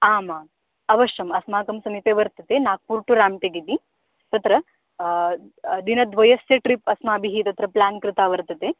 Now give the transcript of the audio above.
आमाम् अवश्यम् अस्माकं समीपे वर्तते नाग्पुर् टु राम्टेक् इति तत्र दिनद्वयस्य ट्रिप् अस्माभिः प्लान् कृता वर्तते